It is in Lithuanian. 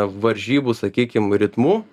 varžybų sakykim ritmu